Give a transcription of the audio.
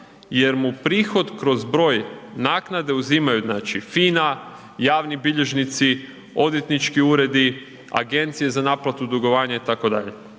jer mu prihod kroz broj naknade uzimaju znači FIN-a, javni bilježnici, odvjetnički uredi, agencije za naplatu dugovanja itd..